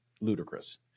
ludicrous